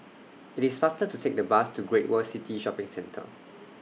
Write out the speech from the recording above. IT IS faster to Take The Bus to Great World City Shopping Centre